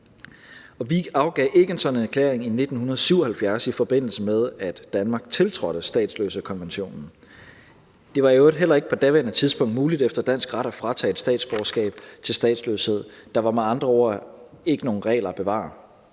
vi afgav ikke en sådan erklæring i 1977, i forbindelse med at Danmark tiltrådte statsløsekonventionen. Det var i øvrigt heller ikke på daværende tidspunkt muligt efter dansk ret at fratage et statsborgerskab til statsløshed. Der var med andre ord ikke nogen regler at bevare.